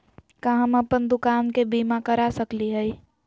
का हम अप्पन दुकान के बीमा करा सकली हई?